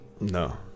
No